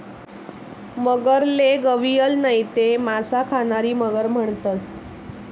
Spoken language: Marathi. मगरले गविअल नैते मासा खानारी मगर म्हणतंस